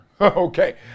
Okay